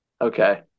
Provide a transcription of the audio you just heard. Okay